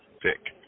pick